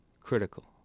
critical